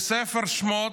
בספר שמות,